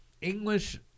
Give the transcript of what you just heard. English